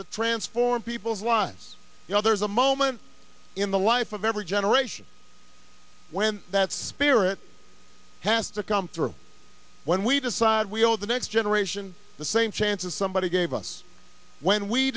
to transform people's lives you know there's a moment in the life of every generation when that spirit has to come through when we decide we owe the next generation the same chances somebody gave us when we